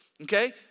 okay